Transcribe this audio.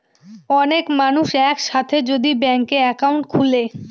অনেক মানুষ এক সাথে যদি ব্যাংকে একাউন্ট খুলে